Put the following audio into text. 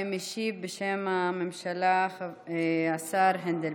משיב בשם הממשלה השר הנדל.